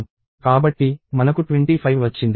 కాబట్టి మనకు 25 వచ్చింది